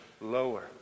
lower